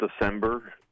December